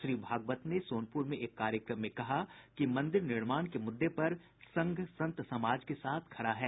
श्री भागवत ने सोनपुर में एक कार्यक्रम में कहा कि मंदिर निर्माण के मुददे पर संघ संत समाज के साथ खड़ा है